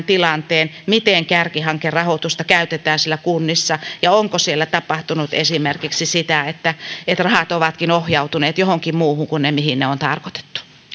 tilanteen miten kärkihankerahoitusta käytetään kunnissa ja onko siellä tapahtunut esimerkiksi sitä että että rahat ovatkin ohjautuneet johonkin muuhun kuin mihin ne on tarkoitettu